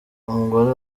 umugore